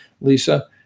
Lisa